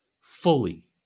fully